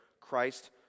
Christ